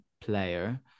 player